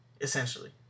essentially